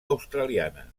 australiana